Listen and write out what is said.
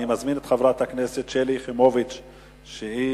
בעד, 16, נגד אין, ונמנעים, אין.